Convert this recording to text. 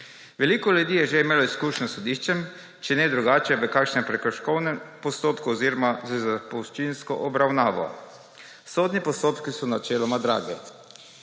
Veliko ljudi je že imelo izkušnjo s sodiščem, če ne drugače, v kakšnem prekrškovnem postopku oziroma z zapuščinsko obravnavo. Sodni postopki so načeloma dragi.